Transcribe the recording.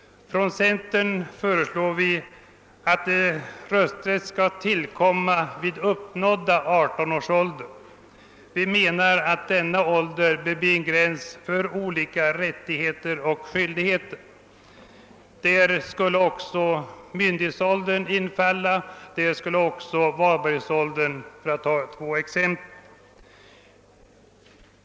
Från centerpartiet föreslår vi att rösträtt skall tillkomma dem som uppnått 18 års ålder. Vi anser att denna ålder bör bli en gräns för olika rättigheter och skyldigheter; vid denna gräns skulle — för att ta två exempel — också myndighetsåldern och valbarhetsåldern inträffa.